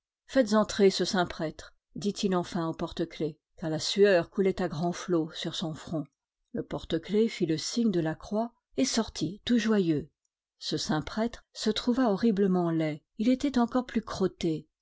faites entrer ce saint prêtre dit-il enfin au porte-clefs et la sueur coulait à grand flots sur son front le porte-clefs fit le signe de la croix et sortit tout joyeux ce saint prêtre se trouva horriblement laid il était encore plus crotté